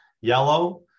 yellow